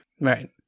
Right